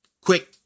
quick